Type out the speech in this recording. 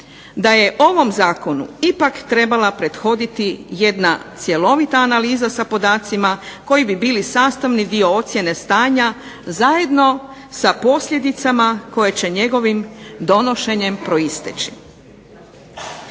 da je ovom zakonu ipak trebala prethoditi jedna cjelovita analiza sa podacima koji bi bili sastavni dio ocjene stanja zajedno sa posljedicama koje će njegovim donošenjem proisteći.